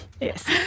Yes